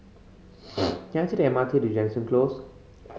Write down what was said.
can I take the M R T to Jansen Close